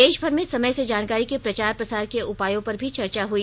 देशभर में समय से जानकारी के प्रचार प्रसार के उपायों पर भी चर्चा हुई